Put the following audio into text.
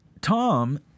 Tom